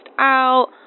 out